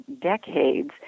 decades